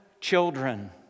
children